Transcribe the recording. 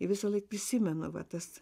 visąlaik prisimena va tas